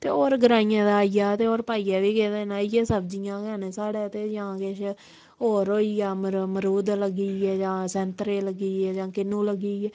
ते होर ग्राइयें दै आई जाऽ ते होर पाइयै बी केह् देना इ'यै सब्जियां गै न साढ़ै ते जां किश होर होई आ मर मरूद लग्गी ए जां सैंतरे लग्गी ए जां किन्नू लग्गी ए